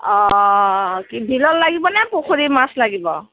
অঁ বিলৰ লাগিবনে পুখুৰীৰ মাছ লাগিব